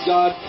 God